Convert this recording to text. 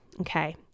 Okay